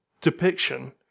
depiction